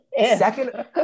Second